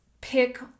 pick